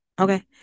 okay